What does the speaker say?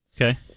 Okay